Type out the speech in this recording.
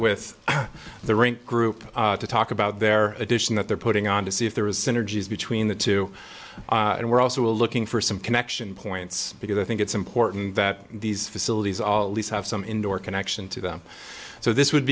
with the rink group to talk about their addition that they're putting on to see if there is synergies between the two and we're also looking for some connection points because i think it's important that these facilities all these have some indoor connection to them so this would